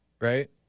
right